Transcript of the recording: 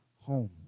home